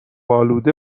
آلوده